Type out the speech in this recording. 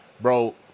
bro